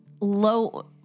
low